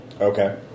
Okay